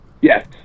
Yes